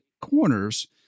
corners